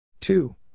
Two